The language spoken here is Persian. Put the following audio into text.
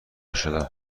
شدم